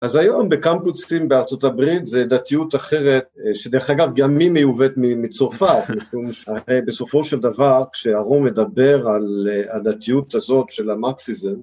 אז היום בקמפוסטים בארצות הברית זה דתיות אחרת, שדרך אגב גם היא מיובאת מצרפת, בסופו של דבר כשהרום מדבר על הדתיות הזאת של המרקסיזם.